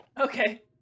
Okay